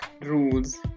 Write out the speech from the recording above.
rules